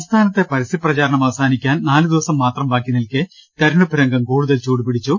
സംസ്ഥാനത്തെ പരസ്യ പ്രചാരണം അവസാനിക്കാൻ നാലുദിവ സംമാത്രം ബാക്കിനിൽക്കെ തിരഞ്ഞെടുപ്പ് രംഗം കൂടുതൽ ചൂടു പിടിച്ചു